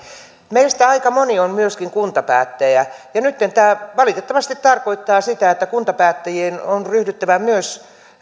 meistä aika moni on myöskin kuntapäättäjä ja nytten tämä valitettavasti tarkoittaa sitä että kuntapäättäjien on ryhdyttävä myös